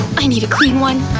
i need a clean one.